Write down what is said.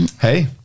Hey